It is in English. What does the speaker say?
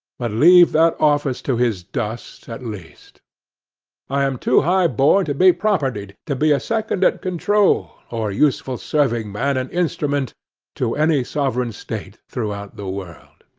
but leave that office to his dust at least i am too high born to be propertied, to be a second at control, or useful serving-man and instrument to any sovereign state throughout the world.